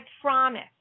promise